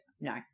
No